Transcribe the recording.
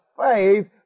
faith